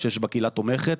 שיש בה קהילה תומכת,